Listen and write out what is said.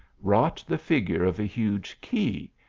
wrought the figure of a huge key,